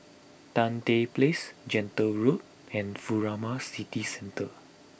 Tan Tye Place Gentle Road and Furama City Centre